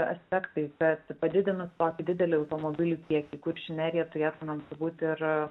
aspektai bet padidinus tokį didelį automobilių kiekį kuršių nerijoj turėtumėm turbūt ir